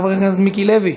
חבר הכנסת מיקי לוי,